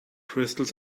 crystals